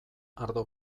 ardo